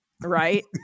Right